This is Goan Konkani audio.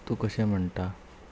तूं कशें म्हणटा